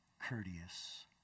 courteous